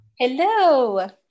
Hello